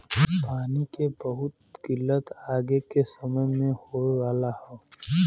पानी के बहुत किल्लत आगे के समय में होए वाला हौ